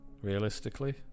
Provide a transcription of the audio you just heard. realistically